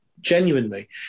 Genuinely